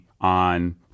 on